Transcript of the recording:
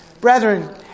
Brethren